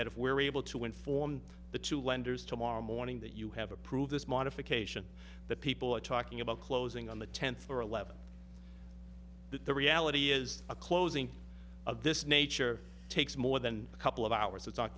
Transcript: that if we're able to inform the two lenders tomorrow morning that you have approved this modification that people are talking about closing on the tenth or eleventh that the reality is a closing of this nature takes more than a couple of hours it's not